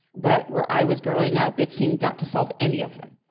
but where i was growing up it seemed not to solve any of them.